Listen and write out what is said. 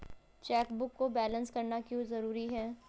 Chequebook को balance करना क्यों जरूरी है?